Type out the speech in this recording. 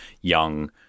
young